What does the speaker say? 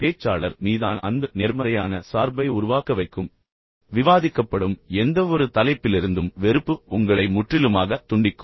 பேச்சாளர் மீதான அன்பு உங்களை நேர்மறையான சார்பை உருவாக்க வைக்கும் விவாதிக்கப்படும் எந்தவொரு தலைப்பிலிருந்தும் வெறுப்பு உங்களை முற்றிலுமாக துண்டிக்கும்